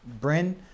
Bryn